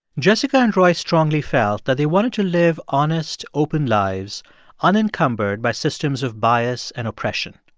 jessica and royce strongly felt that they wanted to live honest, open lives unencumbered by systems of bias and oppression.